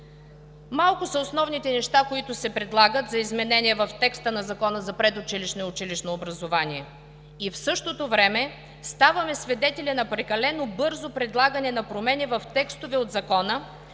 Малко са основните неща, които се предлагат за изменение в текста на Закона за предучилищното и училищното образование, и в същото време ставаме свидетели на прекалено бързо предлагане на промени в текстове от Закона